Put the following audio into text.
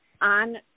on